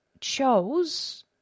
chose